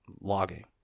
logging